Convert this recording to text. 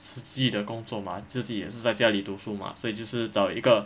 实际的工作嘛自己也是在家里读书嘛所以就是找一个